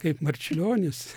kaip marčiulionis